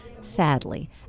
Sadly